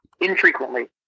infrequently